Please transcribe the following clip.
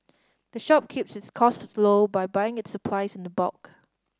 the shop keeps its cost low by buying its supplies in the bulk